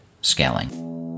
scaling